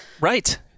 Right